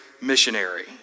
missionary